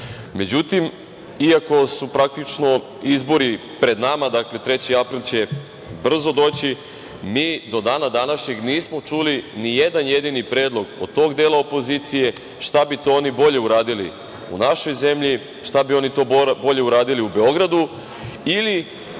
iako su praktično izbori pred nama, dakle 3. april će brzo doći, mi do dana današnjeg nismo čuli ni jedan jedini predlog od tog dela opozicije šta bi to oni bolje uradili u našoj zemlji, šta bi to bolje oni uradili u Beogradu ili